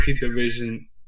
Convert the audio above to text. division